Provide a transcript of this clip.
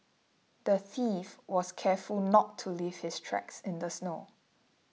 the thief was careful not to leave his tracks in the snow